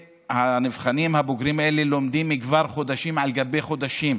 הנבחנים הבוגרים האלה לומדים כבר חודשים על גבי חודשים.